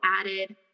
added